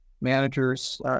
managers